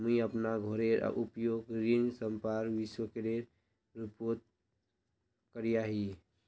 मुई अपना घोरेर उपयोग ऋण संपार्श्विकेर रुपोत करिया ही